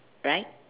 right